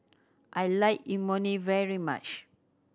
I like Imoni very much